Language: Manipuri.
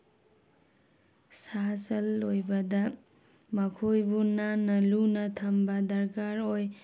ꯁꯥ ꯁꯟ ꯂꯣꯏꯕꯗ ꯃꯈꯣꯏꯕꯨ ꯅꯥꯟꯅ ꯂꯨꯅ ꯊꯝꯕ ꯗꯔꯀꯥꯔ ꯑꯣꯏ